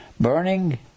burning